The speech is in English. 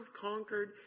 conquered